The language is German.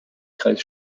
kreis